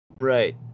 Right